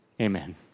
Amen